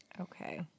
Okay